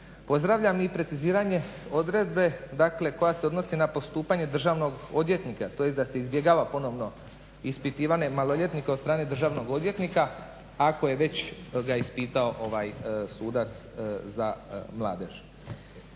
Pozdravljam i preciziranje odredbe koja se odnosi na postupanje državnog odvjetnika tj. da se izbjegava ponovno ispitivanje maloljetnika od strane državnog odvjetnika ako ga je već ispitao sudac za mladež.